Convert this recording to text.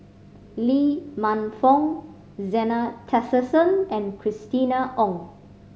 Lee Man Fong Zena Tessensohn and Christina Ong